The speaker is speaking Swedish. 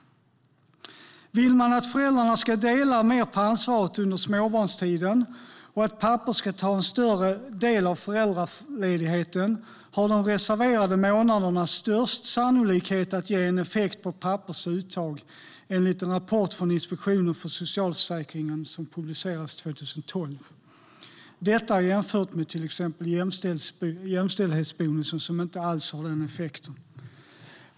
Vill man att föräldrarna ska dela mer på ansvaret under småbarnstiden och att pappor ska ta en större del av föräldraledigheten har de reserverade månaderna störst sannolikhet att ge en effekt på pappors uttag, enligt en rapport från Inspektionen för socialförsäkringen som publicerades 2012 - detta jämfört med till exempel jämställdhetsbonusen som inte alls har den effekten.